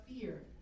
fear